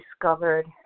discovered